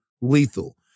lethal